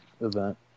event